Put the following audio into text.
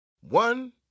One